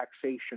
taxation